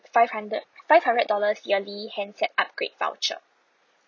five hundred five hundred dollars yearly handset upgrade voucher